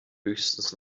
höchstens